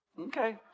Okay